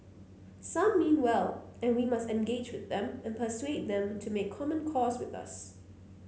some mean well and we must engage with them and persuade them to make common cause with us